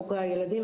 חוקרי הילדים,